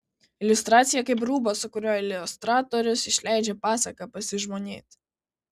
iliustracija kaip rūbas su kuriuo iliustratorius išleidžia pasaką pasižmonėti